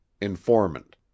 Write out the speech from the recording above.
Informant